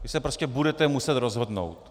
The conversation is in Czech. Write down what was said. Vy se prostě budete muset rozhodnout.